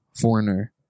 Foreigner